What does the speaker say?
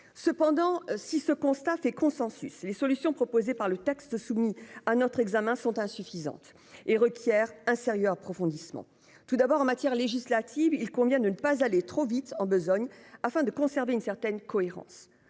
Cependant si ce constat fait consensus. Les solutions proposées par le texte soumis à notre examen sont insuffisantes et requiert un sérieux approfondissement tout d'abord en matière législative il convient de ne pas aller trop vite en besogne, afin de conserver une certaine cohérence.